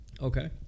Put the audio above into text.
Okay